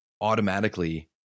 automatically